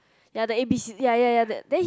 ya the A B C ya ya ya then he